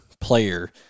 player